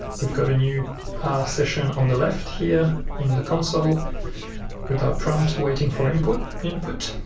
we've got a new r session on the left here in the console with our prompt waiting for input input